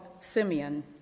Simeon